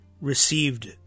received